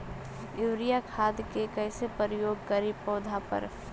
Urea खाद के कैसे प्रयोग करि पौधा पर?